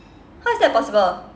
how's that possible